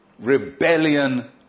rebellion